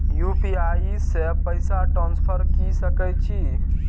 UPI से पैसा transfer की सके छी?